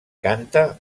canta